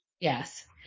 Yes